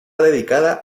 dedicada